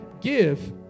Give